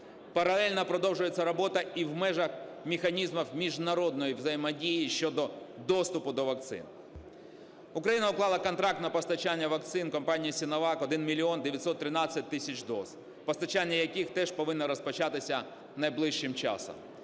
Паралельно продовжується робота і в межах механізмів міжнародної взаємодії щодо доступу до вакцин. Україна уклала контракт на постачання вакцин компанії Sinovac 1 мільйон 913 тисяч доз, постачання яких теж повинно розпочатися найближчим часом.